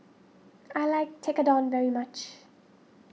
I like Tekkadon very much